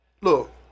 look